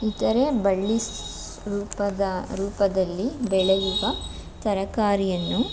ಇತರೆ ಬಳ್ಳಿ ಸ ರೂಪದ ರೂಪದಲ್ಲಿ ಬೆಳೆಯುವ ತರಕಾರಿಯನ್ನು